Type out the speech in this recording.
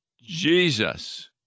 Jesus